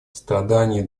страдания